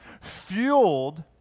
fueled